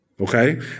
okay